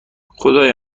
خدای